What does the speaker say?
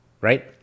right